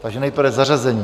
Takže nejprve zařazení.